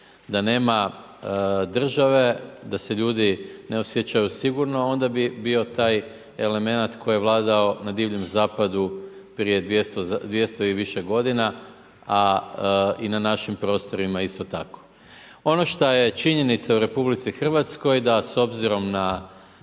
da nema države, da se ljudi ne osjećaju sigurno, onda bi bio taj elemenat, koji je vladao na divljem zapadu prije 200 i više g. a i na našim prostorima isto tako. Ono što je činjenica u RH da s obzirom na